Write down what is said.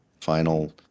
final